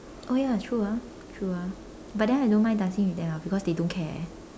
oh ya true ah true ah but then I don't mind dancing with them ah because they don't care